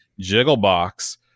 Jigglebox